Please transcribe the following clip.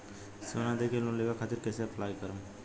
सोना देके लोन लेवे खातिर कैसे अप्लाई करम?